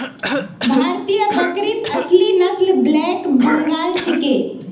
भारतीय बकरीत असली नस्ल ब्लैक बंगाल छिके